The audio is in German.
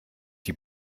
die